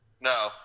No